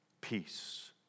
Peace